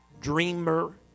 dreamer